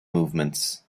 movements